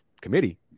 committee